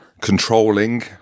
controlling